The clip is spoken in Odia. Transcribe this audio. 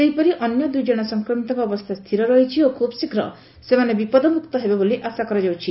ସେହିପରି ଅନ୍ୟ ଦୁଇଜଣ ସଂକ୍ରମିତଙ୍କ ଅବସ୍ଥା ସ୍ଥିର ରହିଛି ଓ ଖୁବ୍ଶୀଘ୍ର ସେମାନେ ବିପଦମୁକ୍ତ ହେବେ ବୋଲି ଆଶା କରାଯାଉଛି